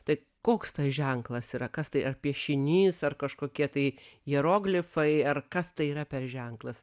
tai koks tas ženklas yra kas tai ar piešinys ar kažkokie tai hieroglifai ar kas tai yra per ženklas